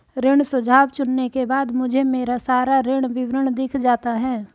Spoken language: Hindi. ऋण सुझाव चुनने के बाद मुझे मेरा सारा ऋण विवरण दिख जाता है